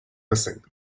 missing